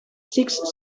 six